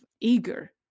eager